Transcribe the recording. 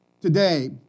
today